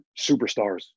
superstars